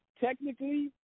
Technically